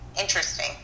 interesting